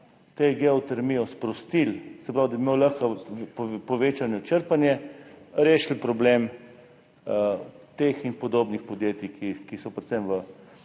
te geotermije, se pravi, da bi lahko imeli povečano črpanje, rešili problem teh in podobnih podjetij, ki so predvsem v